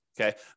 Okay